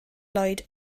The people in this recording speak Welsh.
lloyd